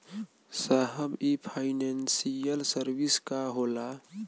साहब इ financial service का होला?